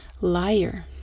liar